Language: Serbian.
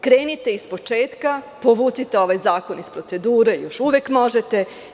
Krenite iz početka, povučite ovaj zakon iz procedure, još uvek možete.